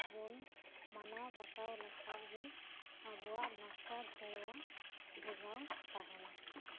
ᱵᱚᱱ ᱢᱟᱱᱟᱣ ᱵᱟᱛᱟᱣ ᱞᱮᱠᱷᱟᱡ ᱜᱮ ᱟᱵᱚᱣᱟᱜ ᱞᱟᱠᱪᱟᱨ ᱥᱮᱨᱣᱟ ᱡᱚᱜᱟᱣ ᱛᱟᱦᱮᱸᱱᱟ